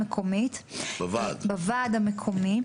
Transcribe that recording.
בוועד זה